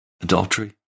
adultery